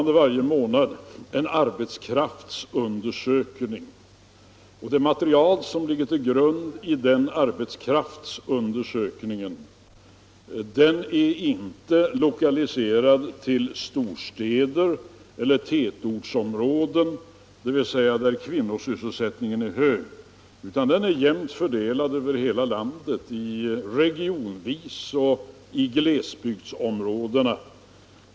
Det görs f. n. en arbetskraftsundersökning varje månad, och det material som ligger till grund för den undersökningen är inte lokaliserat till storstäder eller tätortsområden — där kvinnosysselsättningen är hög — utan det är jämnt fördelat regionvis över hela landet.